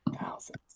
Thousands